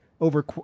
over